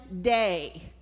day